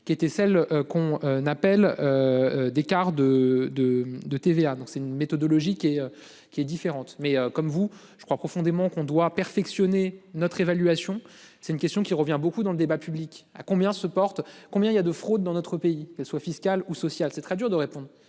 qui était celle qu'on n'appelle. Des quarts de de de TVA dans c'est une méthodologie qui est qui est différente, mais comme vous je crois profondément qu'on doit perfectionner notre évaluation. C'est une question qui revient beaucoup dans le débat public, à combien se porte combien il y a de fraudes dans notre pays qu'elles soient fiscales ou sociales. C'est très dur de répondre